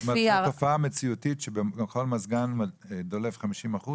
לפי הערכה --- תופעה מציאותית שבכל מזגן דולף חמישים אחוז?